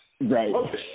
Right